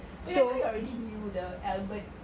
wait I thought you already knew the albert